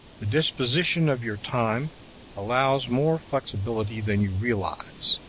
the disposition of your time allows more flexibility than you realize.